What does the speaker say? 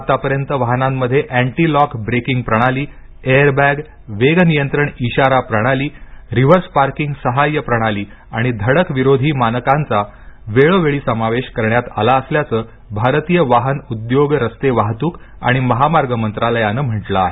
आत्तापर्यंत वाहनांमध्ये anti lock braking प्रणाली एयर बैग वेग नियंत्रण ईशारा प्रणाली रिवर्स पार्किंग सहाय्य प्रणाली आणि धडक विरोधी मानकांचा वेळोवेळी समावेश करण्यात आला असल्याचं भारतीय वाहन उद्योग रस्ते वाहतूक आणि महामार्ग मंत्रालयाने म्हटलं आहे